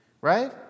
Right